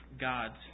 God's